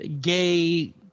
gay